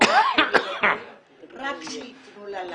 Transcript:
ומכירה את הילדים --- לילי,